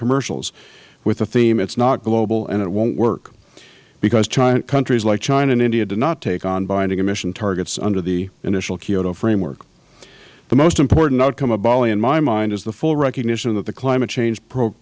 commercials with the theme it is not global and it won't work because countries like china and india did not take on binding emissions targets under the initial kyoto framework the most important outcome of bali in my mind is the full recognition that the climate change pro